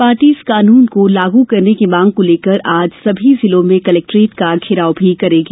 party इस कानून को लागू करने की मांग को लेकर आज सभी जिलों में कलेक्ट्रेट का घेराव भी करेगी